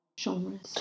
genres